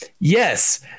Yes